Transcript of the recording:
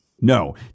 No